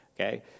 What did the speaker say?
okay